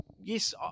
yes